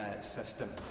system